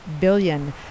billion